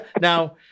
Now